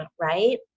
right